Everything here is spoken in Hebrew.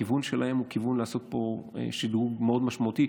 הכיוון שלהם הוא כיוון לעשות פה שדרוג מאוד משמעותי.